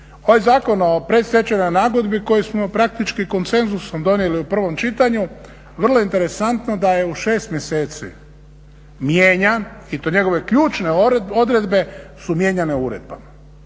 Ovaj Zakon o predstečajnoj nagodbi koji smo praktički konsenzusom donijeli u prvom čitanju vrlo interesantno da je u 6 mjeseci mijenjan i to njegove ključne odredbe su mijenjane uredbama.